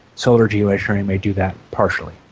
solar geo-engineering may do that partially,